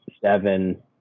seven